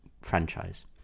franchise